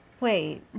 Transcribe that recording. Wait